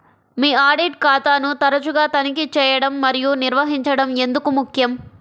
మీ audit ఖాతాను తరచుగా తనిఖీ చేయడం మరియు నిర్వహించడం ఎందుకు ముఖ్యం?